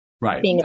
Right